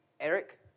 Eric